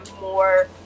more